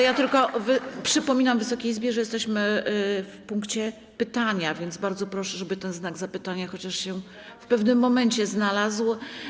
Ja tylko przypominam Wysokiej Izbie, że jesteśmy w punkcie: pytania, a więc bardzo proszę, żeby ten znak zapytania w pewnym momencie się znalazł.